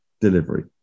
delivery